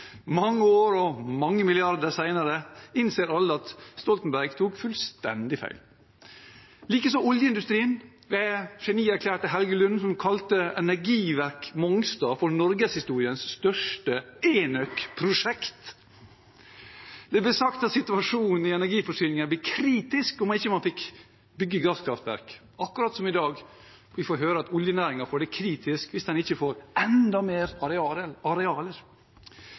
Mange år og mange milliarder senere innser alle at Stoltenberg tok fullstendig feil. Likeså oljeindustrien, ved den genierklærte Helge Lund, som kalte Energiverk Mongstad for norgeshistoriens største enøkprosjekt. Det ble sagt at situasjonen i energiforsyningen ble kritisk om man ikke fikk bygge gasskraftverk – akkurat som i dag, når vi får høre at oljenæringen får det kritisk hvis den ikke får enda mer arealer.